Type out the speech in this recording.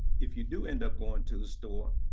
if you do end up going to the store,